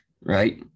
right